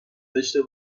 داشته